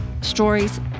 stories